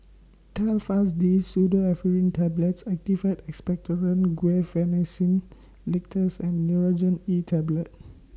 Telfast D Pseudoephrine Tablets Actified Expectorant Guaiphenesin Linctus and Nurogen E Tablet